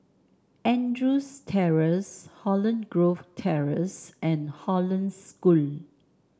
Andrews Terrace Holland Grove Terrace and Hollandse School